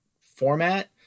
format